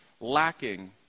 lacking